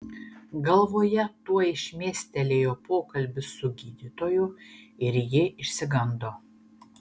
galvoje tuoj šmėstelėjo pokalbis su gydytoju ir ji išsigando